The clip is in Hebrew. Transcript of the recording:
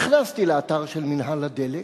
נכנסתי לאתר של מינהל הדלק,